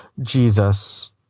Jesus